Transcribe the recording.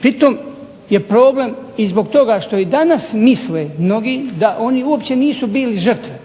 pritom je problem i zbog toga što i danas misle mnogi da oni uopće nisu bili žrtve,